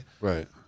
Right